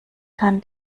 kann